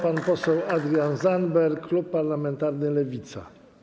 Pan poseł Adrian Zandberg, klub parlamentarny Lewica.